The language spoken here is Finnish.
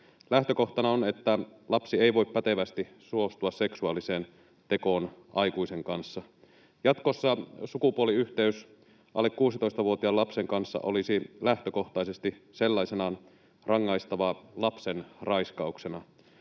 Lähtökohtana on, että lapsi ei voi pätevästi suostua seksuaaliseen tekoon aikuisen kanssa. Jatkossa sukupuoliyhteys alle 16-vuotiaan lapsen kanssa olisi lähtökohtaisesti sellaisenaan rangaistavaa lapsenraiskauksena.